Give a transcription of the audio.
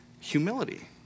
humility